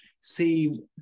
see